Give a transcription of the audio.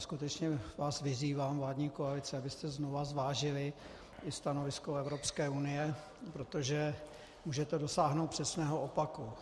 Skutečně vás vyzývám, vládní koalice, abyste znovu zvážili stanovisko Evropské unie, protože můžete dosáhnout přesného opaku.